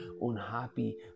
unhappy